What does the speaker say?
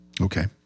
Okay